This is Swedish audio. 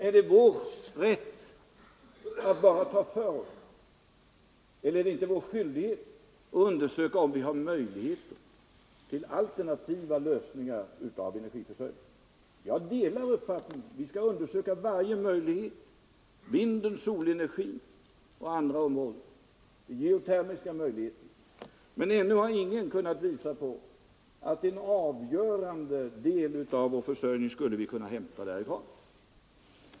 Har vi rätt att bara ta för oss? Är det inte vår skyldighet att undersöka om vi har möjligheter till alternativa lösningar av energiförsörjningen? Jag delar den uppfattningen att vi skall undersöka vilka möjligheter vinden, solenergin och det geotermiska området har att erbjuda. Ännu har dock ingen kunnat visa på att en avgörande del av vår försörjning skulle kunna hämtas därifrån.